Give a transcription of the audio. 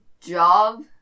job